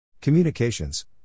Communications